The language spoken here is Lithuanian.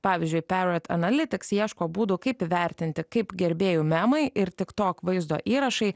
pavyzdžiui parrot analytics ieško būdų kaip įvertinti kaip gerbėjų memai ir tiktok vaizdo įrašai